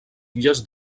illes